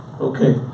Okay